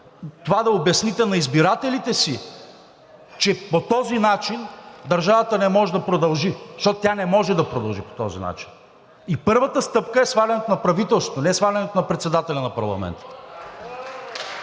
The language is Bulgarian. Това да обясните на избирателите си, че по този начин държавата не може да продължи, защото тя не може да продължи по този начин и първата стъпка е свалянето на правителството, не свалянето на председателя на парламента.